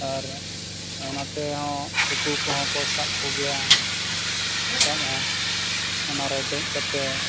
ᱟᱨ ᱚᱱᱟᱛᱮ ᱦᱚᱸ ᱦᱟᱹᱠᱩ ᱠᱚᱦᱚᱸ ᱠᱚ ᱥᱟᱵ ᱠᱚᱜᱮᱭᱟ ᱥᱟᱵ ᱦᱚᱸ ᱚᱱᱟᱨᱮ ᱫᱮᱡ ᱠᱟᱛᱮ